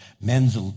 men's